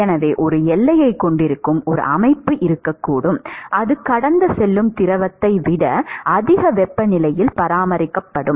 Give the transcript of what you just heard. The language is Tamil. எனவே ஒரு எல்லையைக் கொண்டிருக்கும் ஒரு அமைப்பு இருக்கக்கூடும் அது கடந்து செல்லும் திரவத்தை விட அதிக வெப்பநிலையில் பராமரிக்கப்படும்